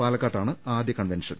പാല ക്കാട്ടാണ് ആദ്യ കൺവെൻഷൻ